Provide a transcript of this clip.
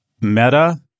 Meta